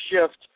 shift